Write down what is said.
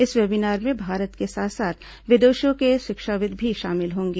इस वेबीनार में भारत के साथ साथ विदेशों के शिक्षाविद् भी शामिल होंगे